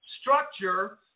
structure